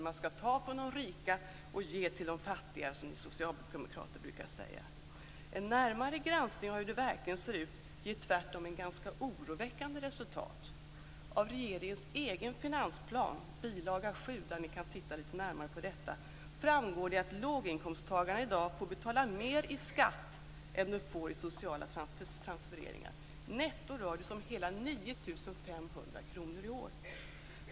Man skall ta från de rika och ge till de fattiga, som ni socialdemokrater brukar säga. En närmare granskning av hur det verkligen ser ut ger tvärtom ett ganska oroväckande resultat. Av regeringens egen finansplan, bil. 7, framgår det att låginkomsttagarna i dag får betala mer i skatt än de får i sociala transfereringar. Netto rör det sig om hela 9 500 kr i år.